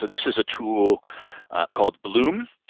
but this is a tool called bloom.